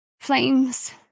Flames